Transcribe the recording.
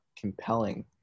compelling